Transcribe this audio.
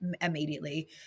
immediately